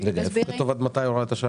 נמצאת הוראת השעה?